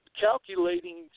calculating